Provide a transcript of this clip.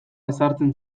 ezartzen